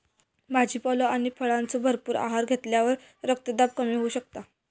भाजीपालो आणि फळांचो भरपूर आहार घेतल्यावर रक्तदाब कमी होऊ शकता